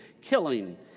killing